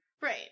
Right